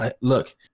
look –